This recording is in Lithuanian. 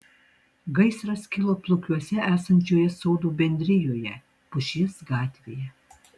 gaisras kilo plukiuose esančioje sodų bendrijoje pušies gatvėje